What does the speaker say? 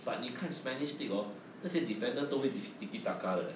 but you 你看 spanish league orh 那些 defender 都会 de~ tiki taka 的 leh